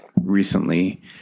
recently